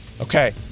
Okay